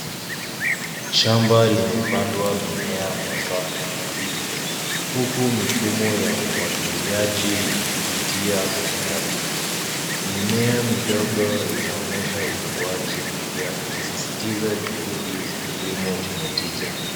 Shamba limepandwa mimea kwa safu nadhifu huku mifumo ya umwagiliaji ikipitia katikati. Mimea midogo inaonyesha ukuaji mpya ikisisitiza juhudi za kilimo chenye tija.